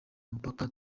mupaka